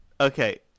Okay